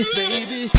baby